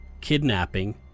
Kidnapping